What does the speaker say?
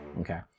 Okay